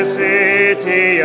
city